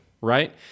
right